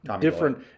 Different